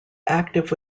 active